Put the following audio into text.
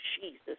Jesus